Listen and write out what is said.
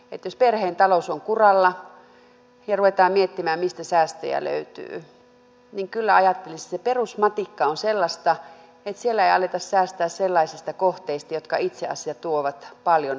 jos perheen talous on kuralla ja ruvetaan miettimään mistä säästöjä löytyy niin kyllä ajattelisin että se perusmatikka on sellaista että siellä ei aleta säästää sellaisista kohteista jotka itse asiassa tuovat paljon lisäkustannuksia